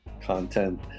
Content